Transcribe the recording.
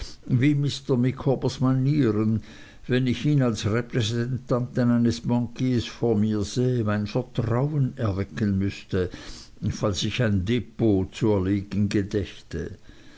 mr micawbers manieren wenn ich ihn als repräsentanten eines bankiers vor mir sähe mein vertrauen erwecken müßten falls ich ein depot zu erlegen gedächte